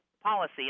policy